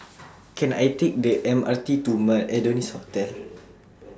Can I Take The M R T to Adonis Hotel